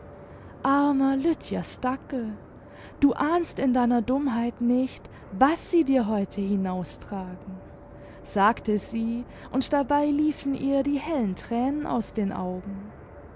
lüttjer stackel du ahnst in deiner dummheit nicht was sie dir heute hinaustragen sagte sie und dabei liefen ihr die hellen tränen aus den augen